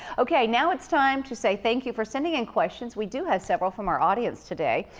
okay. now it's time to say thank you for sending in questions. we do have several from our audience today.